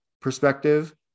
perspective